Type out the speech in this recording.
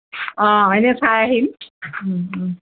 অঁ এনেই চাই আহিম